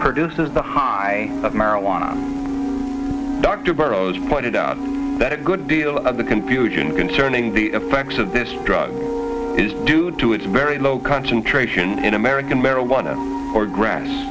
produces the high of marijuana dr burroughs pointed out that a good deal of the confusion concerning the effects of this drug is due to its very low concentration in american marijuana or grass